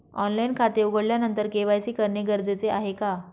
Online खाते उघडल्यानंतर KYC करणे गरजेचे आहे का?